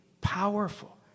powerful